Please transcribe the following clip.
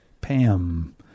Pam